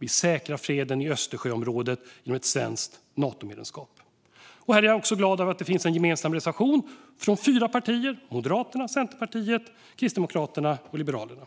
Vi säkrar freden i Östersjöområdet genom ett svenskt Natomedlemskap. Här är jag glad att det finns en gemensam reservation från fyra partier, nämligen Moderaterna, Centerpartiet, Kristdemokraterna och Liberalerna.